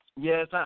yes